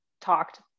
talked